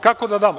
Kako da damo?